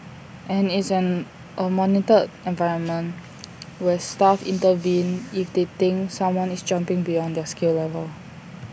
and it's A monitored environment where staff intervene if they think someone is jumping beyond their skill level